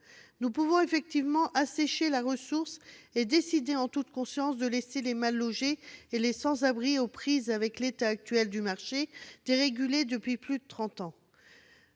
on peut effectivement assécher la ressource et décider, en toute conscience, de laisser les mal-logés et les sans-abri aux prises avec l'état actuel du marché, lequel est dérégulé depuis plus de trente